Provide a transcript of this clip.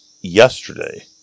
yesterday